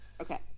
Okay